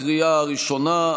בקריאה הראשונה,